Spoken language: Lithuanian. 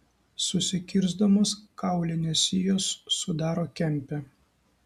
susikirsdamos kaulinės sijos sudaro kempę